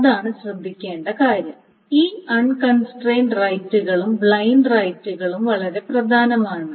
അതാണ് ശ്രദ്ധിക്കേണ്ട കാര്യം ഈ അൺകൺസ്ട്രെയിൻഡ് റൈറ്റുകളും ബ്ലൈൻഡ് റൈറ്റുകളും വളരെ പ്രധാനമാണ്